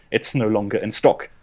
it's no longer in stock.